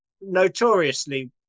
notoriously